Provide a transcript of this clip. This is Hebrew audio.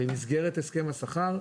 במסגרת הסכם השכר,